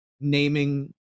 naming